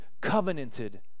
covenanted